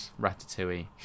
Ratatouille